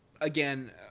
again